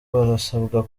barasabwa